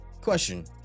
question